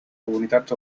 comunitats